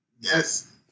Yes